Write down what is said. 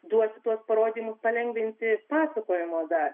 duoti tuos parodymus palengvinsi pasakojimo dalį